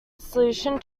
solution